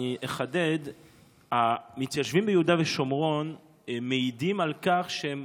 אני אחדד: המתיישבים ביהודה ושומרון מעידים על כך שהם